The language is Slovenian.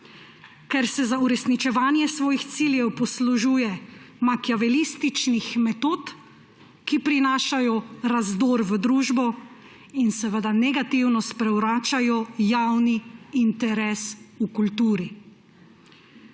ker se za uresničevanje svojih ciljev poslužuje makiavelističnih metod, ki prinašajo razdor v družbo in seveda negativno sprevračajo javni interes v kulturi.